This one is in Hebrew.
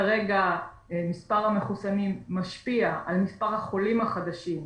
כרגע מספר המחוסנים משפיע על מספר החולים החדשים.